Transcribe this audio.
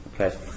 Okay